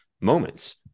moments